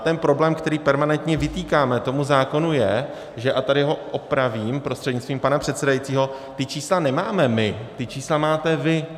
Ten problém, který permanentně vytýkáme tomu zákonu, je a tady ho opravím prostřednictvím pana předsedajícího ta čísla nemáme my, ta čísla máte vy.